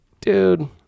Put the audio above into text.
dude